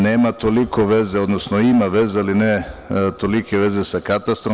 Nema toliko veze, odnosno ima veze, ali ne tolike veze sa katastrom.